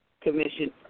Commission